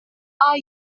are